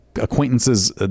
acquaintances